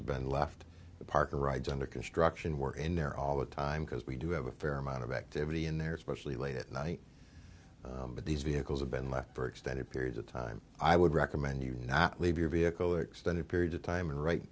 have been left the park rides under construction worker in there all the time because we do have a fair amount of activity in there especially late at night but these vehicles have been left for extended periods of time i would recommend you not leave your vehicle extended period of time and right